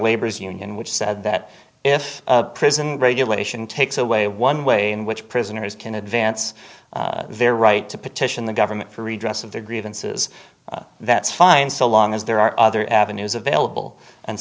labor's union which said that if prison graduation takes away one way in which prisoners can advance their right to petition the government for redress of their grievances that's fine so long as there are other avenues available and